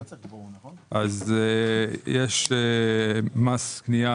לפי הצו הקיים יש מס קנייה